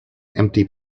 empty